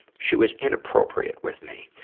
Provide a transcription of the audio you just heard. she was inappropriate with me.